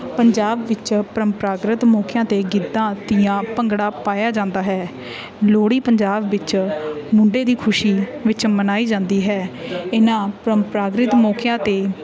ਪੰਜਾਬ ਵਿੱਚ ਪਰੰਪਰਾਗਤ ਮੌਕਿਆਂ 'ਤੇ ਗਿੱਧਾ ਤੀਆਂ ਭੰਗੜਾ ਪਾਇਆ ਜਾਂਦਾ ਹੈ ਲੋਹੜੀ ਪੰਜਾਬ ਵਿੱਚ ਮੁੰਡੇ ਦੀ ਖੁਸ਼ੀ ਵਿੱਚ ਮਨਾਈ ਜਾਂਦੀ ਹੈ ਇਹਨਾਂ ਪਰੰਪਰਾਗਤ ਮੌਕਿਆਂ 'ਤੇ